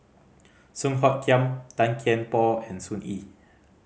Song Hoot Kiam Tan Kian Por and Sun Yee